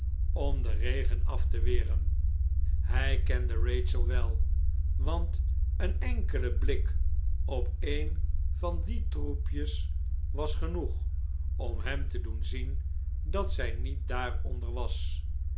om den regen af te weren hij kende rachel wel want een enkele blik op een van die troepjes was genoeg om hem te doen zien dat zij niet daaronder was